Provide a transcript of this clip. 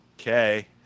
okay